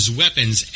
weapons